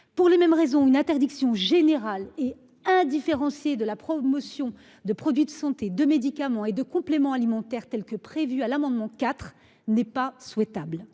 Pour les mêmes raisons. Une interdiction générale et indifférenciée de la promotion de produits de santé, de médicaments et de compléments alimentaires, tels que prévu à l'amendement IV n'est pas souhaitable.